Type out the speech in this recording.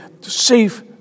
safe